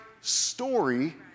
story